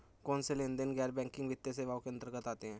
कौनसे लेनदेन गैर बैंकिंग वित्तीय सेवाओं के अंतर्गत आते हैं?